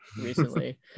recently